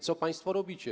Co państwo robicie?